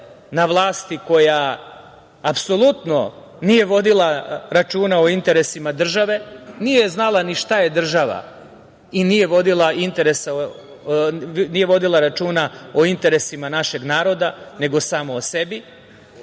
na vlasti, koja apsolutno nije vodila računa o interesima države, nije znala ni šta je država i nije vodila računa o interesima našeg naroda, nego samo o sebi. Mi